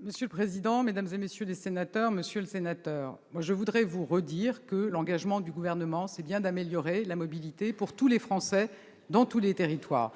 Monsieur le président, mesdames, messieurs les sénateurs, monsieur le sénateur Jacquin, je voudrais vous redire que l'engagement du Gouvernement, c'est bien d'améliorer la mobilité pour tous les Français, dans tous les territoires.